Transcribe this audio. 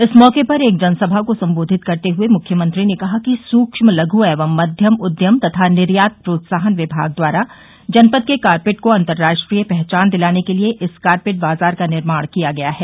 इस मौके पर एक जनसभा को संबोधित करते हुए मुख्यमंत्री ने कहा कि सुक्ष्म लघ् एवं मध्यम उद्यम तथा निर्यात प्रोत्साहन विमाग द्वारा जनपद के कारपेट को अतर्राष्ट्रीय पहचान दिलाने के लिये इस कारपेट बाजार का निर्माण किया गया है